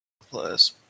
Plus